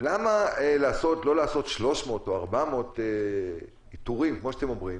אלא למה לא לעשות 300 או 400 איתורים כמו שאתם אומרים